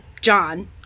John